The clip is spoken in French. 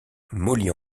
molly